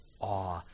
awe